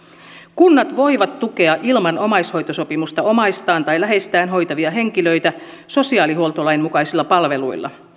kunnat voivat tukea ilman omaishoitosopimusta omaistaan tai läheistään hoitavia henkilöitä sosiaalihuoltolain mukaisilla palveluilla